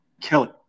Kelly